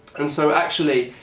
and so actually